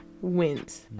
wins